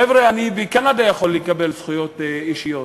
חבר'ה, אני בקנדה יכול לקבל זכויות אישיות,